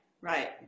right